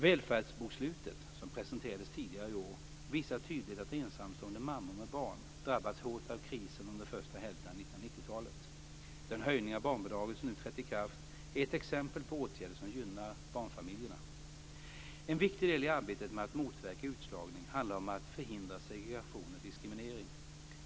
Välfärdsbokslutet som presenterades tidigare i år visar tydligt att ensamstående mammor med barn drabbats hårt av krisen under första hälften av 1990 talet. Den höjning av barnbidraget som nu trätt i kraft är ett exempel på åtgärder som gynnar barnfamiljerna. En viktig del i arbetet med att motverka utslagning handlar om att förhindra segregation och diskriminering.